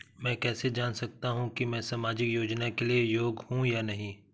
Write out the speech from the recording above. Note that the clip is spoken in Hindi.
मैं कैसे जान सकता हूँ कि मैं सामाजिक योजना के लिए योग्य हूँ या नहीं?